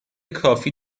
کافی